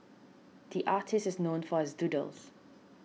the artist is known for his doodles